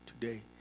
today